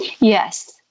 Yes